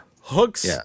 Hook's